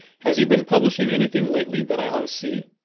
has he been publishing anything lately that i ought to see?